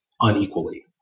unequally